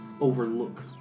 overlook